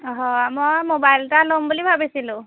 হয় মই মোবাইল এটা ল'ম বুলি ভাবিছিলোঁ